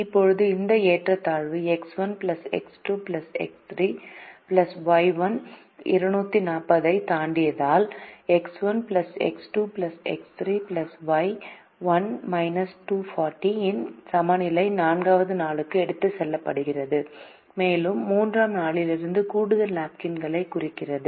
இப்போது இந்த ஏற்றத்தாழ்வு X1 X2 X3 Y 1 240 ஐத் தாண்டினால் X1 X2 X3 Y 1−240 இன் சமநிலை 4 வது நாளுக்கு எடுத்துச் செல்லப்படுகிறது மேலும் இது 3 ஆம் நாளிலிருந்து கூடுதல் நாப்கின்களைக் குறிக்கிறது